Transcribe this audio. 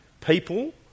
people